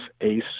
ACE